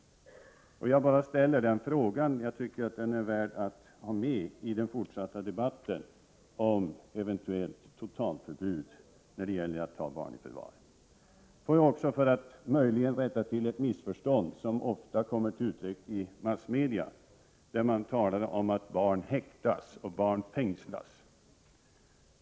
Jag vill bara ställa denna fråga, eftersom jag tycker att den är värd att ta med i bilden i den fortsatta debatten om ett eventuellt totalförbud när det gäller att ta barn i förvar. Låt mig också försöka rätta till ett missförstånd som ofta uppstår i massmedia. Det talas om att barn häktas och fängslas.